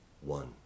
one